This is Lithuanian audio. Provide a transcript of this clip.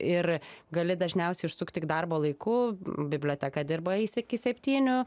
ir gali dažniausiai užsukt tik darbo laiku biblioteka dirba eis iki septynių